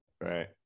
right